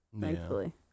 thankfully